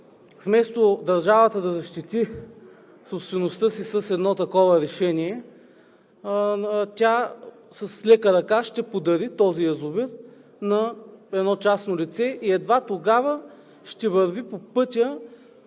вместо държавата да защити собствеността си с едно такова решение, тя с лека ръка ще подари този язовир на едно частно лице и едва тогава ще върви по пътя